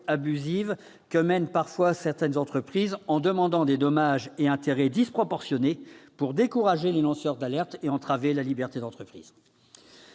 abusives que mènent parfois certaines entreprises en demandant des dommages et intérêts disproportionnés pour décourager les lanceurs d'alerte et entraver leur liberté d'expression.